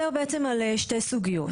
על שתי סוגיות.